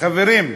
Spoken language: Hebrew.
חברים,